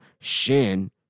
Shin